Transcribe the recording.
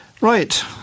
Right